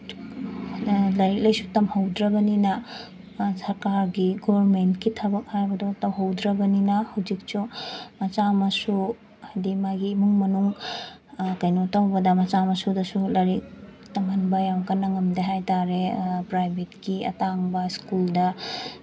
ꯂꯥꯏꯔꯤꯛ ꯂꯥꯏꯁꯨ ꯇꯝꯍꯧꯗ꯭ꯔꯕꯅꯤꯅ ꯁꯔꯀꯥꯔꯒꯤ ꯒꯣꯔꯃꯦꯟꯒꯤ ꯊꯕꯛ ꯍꯥꯏꯕꯗꯨ ꯇꯧꯍꯧꯗ꯭ꯔꯕꯅꯤꯅ ꯍꯧꯖꯤꯛꯁꯨ ꯃꯆꯥ ꯃꯁꯨ ꯍꯥꯏꯗꯤ ꯃꯥꯒꯤ ꯏꯃꯨꯡ ꯃꯅꯨꯡ ꯀꯩꯅꯣ ꯇꯧꯕꯗ ꯃꯆꯥ ꯃꯁꯨꯗꯁꯨ ꯂꯥꯏꯔꯤꯛ ꯇꯝꯍꯟꯕ ꯌꯥꯝ ꯀꯟꯅ ꯉꯝꯗꯦ ꯍꯥꯏ ꯇꯥꯔꯦ ꯄ꯭ꯔꯥꯏꯚꯦꯠꯀꯤ ꯑꯇꯥꯡꯕ ꯁ꯭ꯀꯨꯜꯗ